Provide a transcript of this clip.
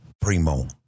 Primo